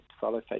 follow